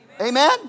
amen